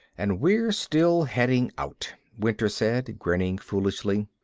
and we're still heading out, winter said, grinning foolishly.